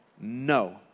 No